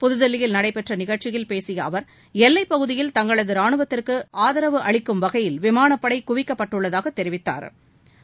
புதுதில்லியில் நடைபெற்ற நிகழ்ச்சியில் பேசிய அவர் எல்லை பகுதியில் தங்களது ராணுவத்திற்கு ஆதாரவு அளிக்கும் வகையில் விமானப் படை குவிக்கப்பட்டுள்ளதாக தெரிவித்தாா்